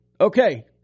Okay